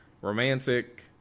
romantic